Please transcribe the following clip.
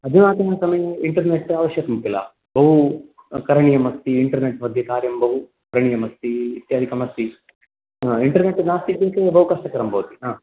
अधुनातनसमये internet आवश्यकं किल बहु करणीयमस्ति इन्टेर्नेट् मध्ये कार्यं बहु करणीयम् अस्ति इत्यादिकमस्ति इन्टेर्नेट् नास्ति चेत् बहु कष्टकरं भवति